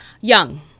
Young